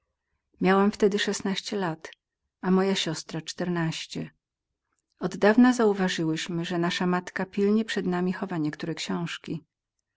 miałam w tedy lat a moja siostra oddawna uważałyśmy że nasza matka pilnie przed nami niektóre książki